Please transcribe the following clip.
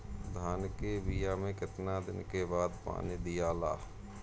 धान के बिया मे कितना दिन के बाद पानी दियाला?